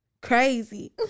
crazy